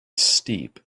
steep